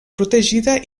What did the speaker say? protegida